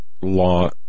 Law